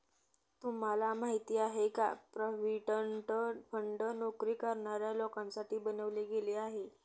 तुम्हाला माहिती आहे का? प्रॉव्हिडंट फंड नोकरी करणाऱ्या लोकांसाठी बनवले गेले आहे